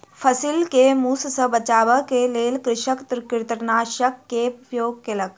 फसिल के मूस सॅ बचाबअ के लेल कृषक कृंतकनाशक के उपयोग केलक